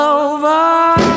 over